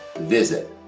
visit